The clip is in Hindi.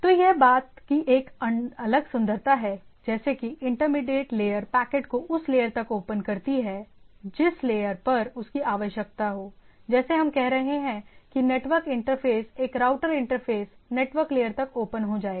तो यह बात की एक अलग सुंदरता है जैसे कि इंटरमीडिएट लेयर पैकेट को उस लेयर तक ओपन करती है जिस लेयर पर उसकी आवश्यकता हो जैसे हम कह रहे हैं कि एक नेटवर्क इंटरफ़ेस एक राउटर इंटरफ़ेस नेटवर्क लेयर तक ओपन हो जाएगा